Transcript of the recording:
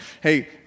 hey